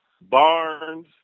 Barnes